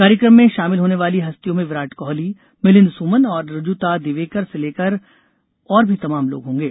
कार्यक्रम में शामिल होने वाली हस्तियों में विराट कोहली मिलिंद सोमन और रूजुता दिवेकर से लेकर और भी तमाम लोग होंगे